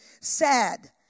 sad